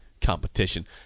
competition